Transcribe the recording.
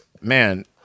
man